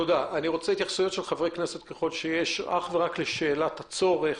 נשמע עכשיו שאלות של חברי הכנסת בנוגע לשאלת הצורך.